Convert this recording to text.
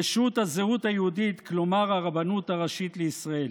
רשות הזהות היהודית, כלומר הרבנות הראשית לישראל.